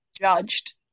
judged